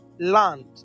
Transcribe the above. land